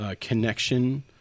connection